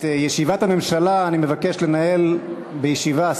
את ישיבת הממשלה אני מבקש לנהל בישיבה.